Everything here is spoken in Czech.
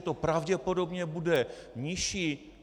To pravděpodobně bude nižší.